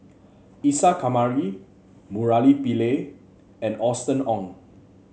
Isa Kamari Murali Pillai and Austen Ong